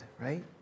right